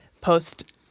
post